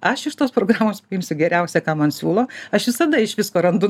aš iš tos programos priimsiu geriausia ką man siūlo aš visada iš visko randu